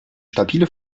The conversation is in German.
stabile